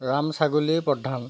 ৰাম ছাগলীয়েই প্ৰধান